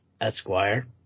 Esquire